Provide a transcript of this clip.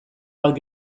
bat